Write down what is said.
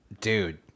Dude